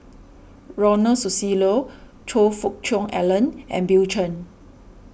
Ronald Susilo Choe Fook Cheong Alan and Bill Chen